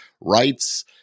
rights